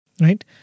right